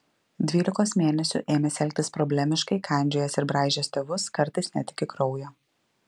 dvylikos mėnesių ėmęs elgtis problemiškai kandžiojęs ir braižęs tėvus kartais net iki kraujo